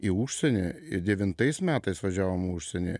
į užsienį devintais metais važiavom į užsienį